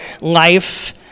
life